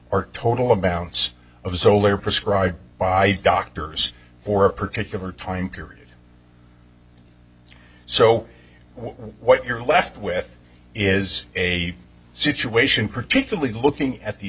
or total amounts of solar prescribed by doctors for a particular time period so what you're left with is a situation particularly looking at the